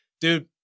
Dude